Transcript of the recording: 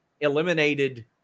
eliminated